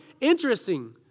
interesting